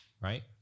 Right